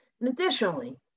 Additionally